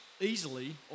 easily